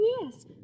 Yes